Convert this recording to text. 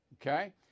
Okay